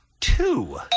Two